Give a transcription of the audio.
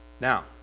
Now